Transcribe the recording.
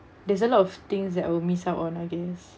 there's a lot of things that I will miss out on I guess